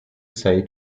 say